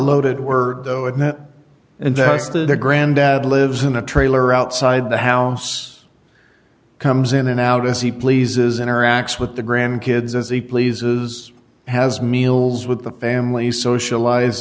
loaded word though and that invested a granddad lives in a trailer outside the house comes in and out as he pleases interacts with the grandkids as he pleases has meals with the family socialize